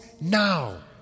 now